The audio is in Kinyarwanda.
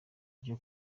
ryo